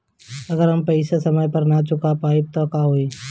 अगर हम पेईसा समय पर ना चुका पाईब त का होई?